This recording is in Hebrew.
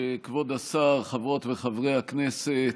כבוד השר, חברות וחברי הכנסת,